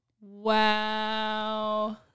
wow